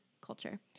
culture